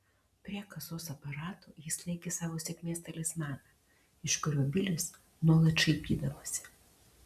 prie kasos aparato jis laikė savo sėkmės talismaną iš kurio bilis nuolat šaipydavosi